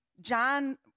John